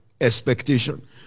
expectation